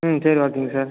ம் சரி ஓகேங் சார்